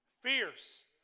fierce